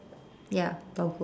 ya doggo